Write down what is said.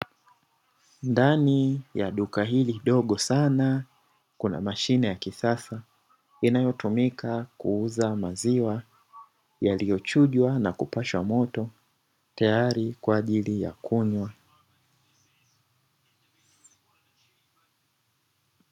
Ndani ya duka hili dogo sana kuna mashine ya kisasa, inayotumika kuuza maziwa yaliyochujwa na kupashwa moto tayari kwa ajili ya kunywa.